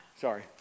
Sorry